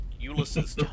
Ulysses